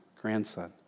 grandson